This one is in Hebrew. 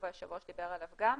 שהיושב ראש דיבר עליו גם,